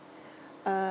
uh